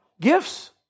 gifts